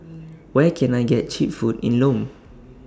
Where Can I get Cheap Food in Lome